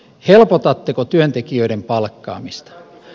helpotatteko työntekijöiden palkkaamista